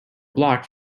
blocked